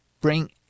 bring